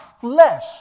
flesh